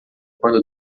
quando